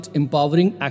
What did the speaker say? empowering